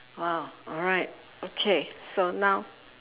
!wow! alright okay so now